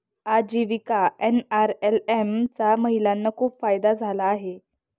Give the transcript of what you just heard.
आजीविका एन.आर.एल.एम चा महिलांना खूप फायदा झाला आहे